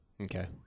Okay